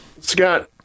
scott